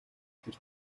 тэр